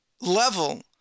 level